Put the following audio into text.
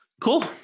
Cool